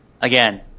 again